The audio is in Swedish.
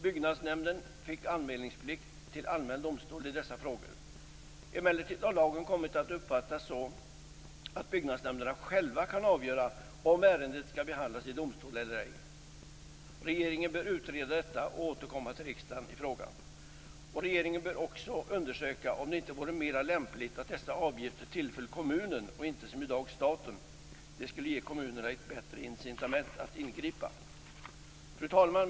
Byggnadsnämnden fick anmälningsplikt till allmän domstol i dessa frågor. Emellertid har lagen kommit att uppfattas så att byggnadsnämnderna själva kan avgöra om ärendet skall anmälas till domstol eller ej. Regeringen bör utreda detta och återkomma till riksdagen i frågan. Regeringen bör också undersöka om det inte vore mera lämpligt att dessa avgifter tillföll kommunen och inte som i dag staten. Det skulle ge kommunerna ett bättre incitament att ingripa. Fru talman!